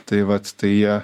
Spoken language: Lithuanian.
tai vat tai jie